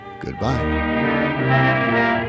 Goodbye